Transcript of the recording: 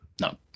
No